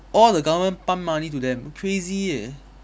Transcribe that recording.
all the government pump money to them crazy eh